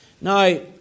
Now